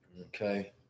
Okay